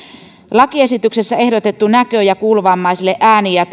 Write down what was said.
lakiesityksessä ehdotettu näkö ja kuulovammaisille tarkoitettujen ääni ja